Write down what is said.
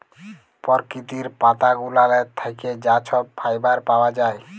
পরকিতির পাতা গুলালের থ্যাইকে যা ছব ফাইবার পাউয়া যায়